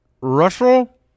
Russell